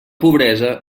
pobresa